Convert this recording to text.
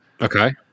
Okay